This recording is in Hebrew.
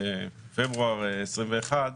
בפברואר 21'